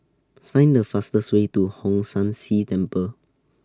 Find The fastest Way to Hong San See Temple